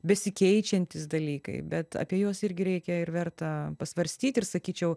besikeičiantys dalykai bet apie juos irgi reikia ir verta pasvarstyt ir sakyčiau